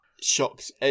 shocked